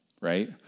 right